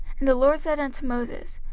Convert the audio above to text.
and the lord said unto moses,